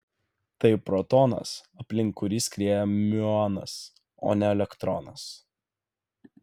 tai protonas aplink kurį skrieja miuonas o ne elektronas